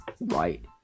right